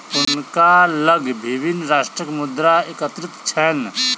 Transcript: हुनका लग विभिन्न राष्ट्रक मुद्रा एकत्रित छैन